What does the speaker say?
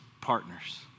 partners